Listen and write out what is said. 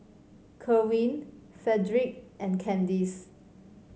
Kerwin Fredrick and Candis